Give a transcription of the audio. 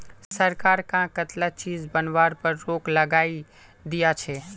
सरकार कं कताला चीज बनावार पर रोक लगइं दिया छे